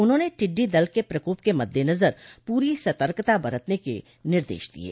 उन्होंने टिड्डी दल के प्रकोप के मद्देनजर पूरी सर्तकता बरतने के निर्देश दिये